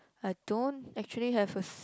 I don't actually have a s~